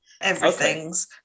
everythings